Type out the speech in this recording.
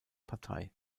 partei